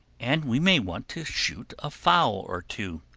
and we may want to shoot a fowl or two.